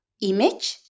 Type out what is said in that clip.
image